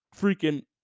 freaking